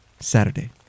Saturday